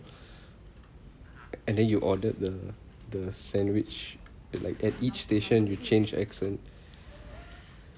and then you ordered the the sandwich it like at each station you change accent